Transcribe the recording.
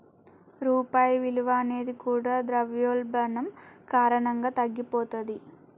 రూపాయి విలువ అనేది కూడా ద్రవ్యోల్బణం కారణంగా తగ్గిపోతది